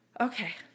Okay